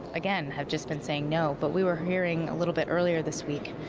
again, have just been saying no. but we were hearing a little bit earlier this week,